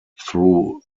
through